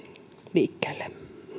liikkeelle